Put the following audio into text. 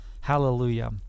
Hallelujah